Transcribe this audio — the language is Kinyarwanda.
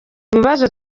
bibazo